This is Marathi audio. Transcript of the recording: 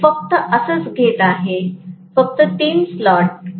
मी फक्त असच घेत आहे फक्त तीन स्लॉट